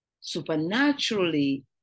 supernaturally